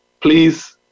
Please